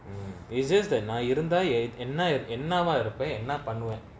mm it just that நா இருந்தா:na iruntha eth~ என்னா:ennaa ir~ என்னாவா இருப்ப என்னா பண்ணுவன்:ennaavaa irupa ennaa pannuvan